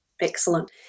excellent